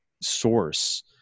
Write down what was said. source